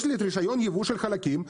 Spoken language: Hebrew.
יש לי רישיון יבוא של חלקים,